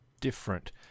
different